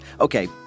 Okay